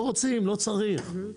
לא רוצים, לא צריך.